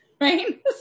right